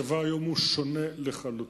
הצבא היום הוא שונה לחלוטין,